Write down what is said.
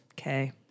Okay